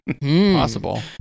possible